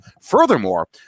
Furthermore